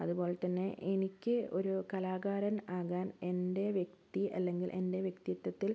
അതുപോലെ തന്നെ എനിക്ക് ഒരു കലാകാരൻ ആകാൻ എൻ്റെ വ്യക്തി അല്ലെങ്കിൽ എൻ്റെ വ്യക്തിത്വത്തിൽ